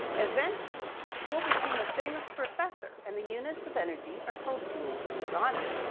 eventually, joule became a famous professor and the units of energy are called joules in his honor.